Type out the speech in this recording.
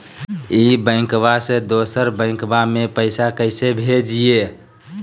ई बैंकबा से दोसर बैंकबा में पैसा कैसे भेजिए?